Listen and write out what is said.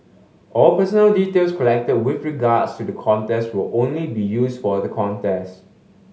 all personal details collected with regards to the contest will only be used for the contest